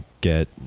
get